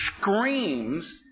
screams